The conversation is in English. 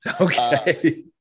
Okay